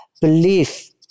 belief